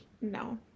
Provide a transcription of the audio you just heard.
no